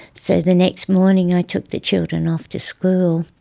so the next morning i took the children off to school.